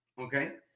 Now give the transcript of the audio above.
okay